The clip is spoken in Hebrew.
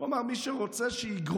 הוא אמר: מי שרוצה, שיגרוס,